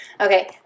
okay